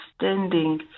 understanding